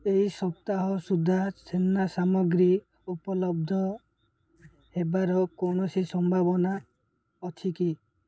ଏହି ସପ୍ତାହ ସୁଦ୍ଧା ଛେନା ସାମଗ୍ରୀ ଉପଲବ୍ଧ ହେବାର କୌଣସି ସମ୍ଭାବନା ଅଛି କି